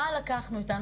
מה לקחנו איתנו?